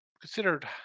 considered